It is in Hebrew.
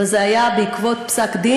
אבל זה היה בעקבות פסק-דין,